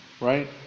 right